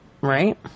right